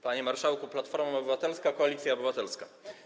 Panie marszałku, Platforma Obywatelska - Koalicja Obywatelska.